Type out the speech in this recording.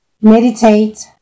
Meditate